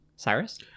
Cyrus